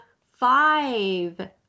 five